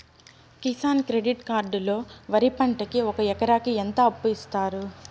Kisan credit card లో వరి పంటకి ఒక ఎకరాకి ఎంత అప్పు ఇస్తారు?